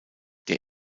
der